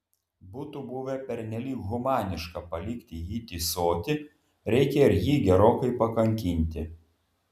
būtų buvę pernelyg humaniška palikti jį tįsoti reikia ir jį gerokai pakankinti